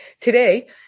Today